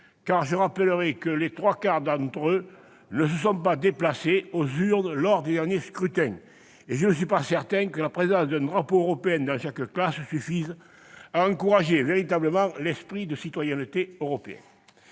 Je rappelle en effet que les trois quarts d'entre eux ne se sont pas rendus aux urnes lors des derniers scrutins. Et je ne suis pas certain que la présence d'un drapeau européen dans chaque classe suffise véritablement à encourager l'esprit de citoyenneté européenne